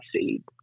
seed